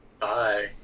Bye